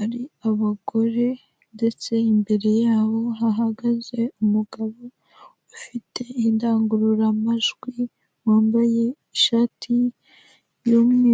ari abagore ndetse imbere yabo hagaze umugabo ufite indangururamajwi wambaye ishati y'umweru.